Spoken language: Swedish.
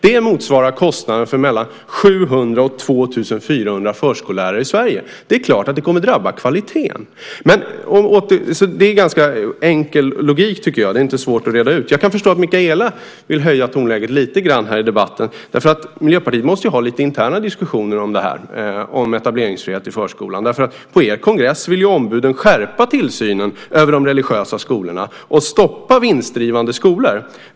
Det motsvarar kostnaden för mellan 700 och 2 400 förskollärare i Sverige. Det är klart att det kommer att drabba kvaliteten. Logiken är alltså ganska enkel. Det är inte svårt att reda ut detta. Jag kan förstå att Mikaela vill höja tonläget i debatten lite grann. Miljöpartiet måste väl ha en del interna diskussioner om etableringsfrihet i förskolan eftersom ombuden på deras kongress ju ville skärpa tillsynen över de religiösa skolorna och stoppa vinstdrivande skolor.